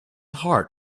heart